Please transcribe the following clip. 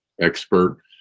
expert